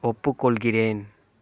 ஒப்புக்கொள்கிறேன்